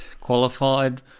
qualified